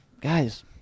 guys